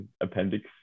appendix